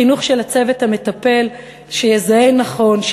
חינוך של הצוות המטפל שיזהה נכון,